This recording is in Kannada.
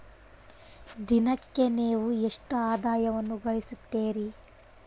ದಿನಕ್ಕೆ ನೇವು ಎಷ್ಟು ಆದಾಯವನ್ನು ಗಳಿಸುತ್ತೇರಿ?